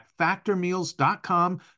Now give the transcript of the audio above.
factormeals.com